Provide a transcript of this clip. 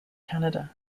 canada